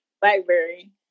Blackberry